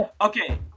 Okay